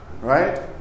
Right